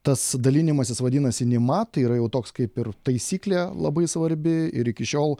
tas dalinimasis vadinasi nima tai yra jau toks kaip ir taisyklė labai svarbi ir iki šiol